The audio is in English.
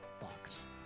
box